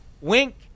wink